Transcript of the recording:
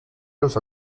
los